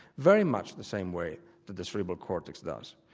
very much the same way that the cerebral cortex does.